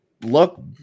look